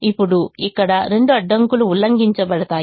ఇప్పుడు ఇక్కడ రెండు అడ్డంకులు ఉల్లంఘించబడతాయి